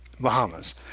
Bahamas